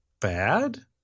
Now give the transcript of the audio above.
bad